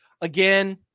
again